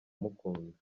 mukunda